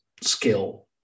skill